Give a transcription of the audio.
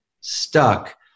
stuck